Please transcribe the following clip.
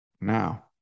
Now